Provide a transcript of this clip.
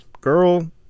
girl